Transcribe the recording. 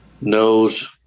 knows